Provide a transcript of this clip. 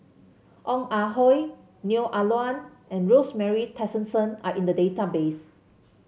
Ong Ah Hoi Neo Ah Luan and Rosemary Tessensohn are in the database